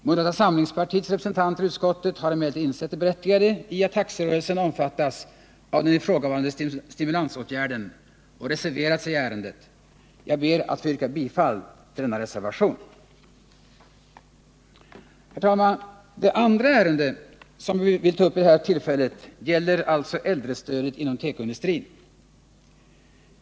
Moderata samlingspartiets representanter i utskottet har emellertid insett det berättigade i att taxirörelsen omfattas av den ifrågavarande stimulansåtgärden och reserverat sig i ärendet. Jag ber att få yrka bifall till denna reservation. Herr talman! Det andra ärendet som jag vill ta upp vid det här tillfället gäller äldrestödet inom tekoindustrin.